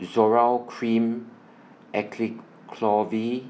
Zoral Cream Acyclovir